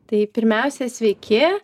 tai pirmiausia sveiki